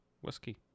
whiskey